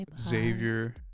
Xavier